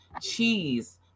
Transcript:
cheese